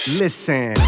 listen